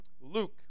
Luke